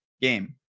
game